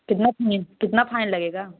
कितना मिन्स कितना फाइन लगेगा